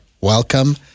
Welcome